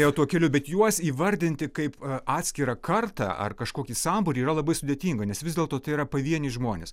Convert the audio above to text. ėjo tuo keliu bet juos įvardinti kaip atskirą kartą ar kažkokį sambūrį yra labai sudėtinga nes vis dėlto tai yra pavieniai žmonės